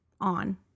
on